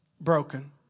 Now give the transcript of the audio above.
broken